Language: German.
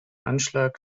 anschlag